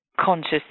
conscious